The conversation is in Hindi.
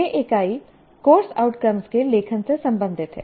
यह इकाई कोर्स आउटकम्स के लेखन से संबंधित है